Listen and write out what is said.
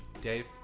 dave